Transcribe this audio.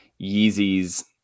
Yeezy's